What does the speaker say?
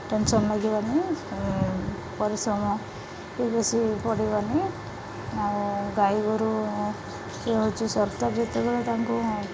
tension ଲାଗିବନି ପରିଶ୍ରମ ବି ବେଶୀ ପଡ଼ିବନି ଆଉ ଗାଈଗୋରୁ ଇଏ ହେଉଛି ସରକାର ଯେତେବେଳେ ତାଙ୍କୁ